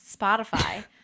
Spotify